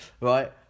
Right